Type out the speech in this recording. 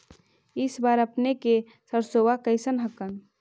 इस बार अपने के सरसोबा कैसन हकन?